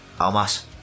Almas